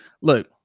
Look